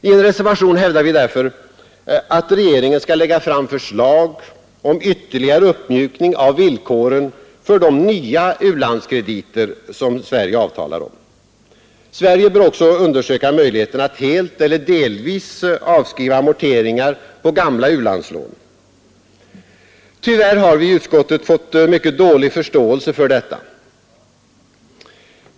I en reservation hävdar vi därför att regeringen skall lägga fram förslag om ytterligare uppmjukning av villkoren för de nya u-landskrediter Sverige avtalar om. Sverige bör också undersöka möjligheten att helt eller delvis avskriva amorteringar på gamla u-landslån. Tyvärr har vi i utskottet fått mycket dålig förståelse för detta.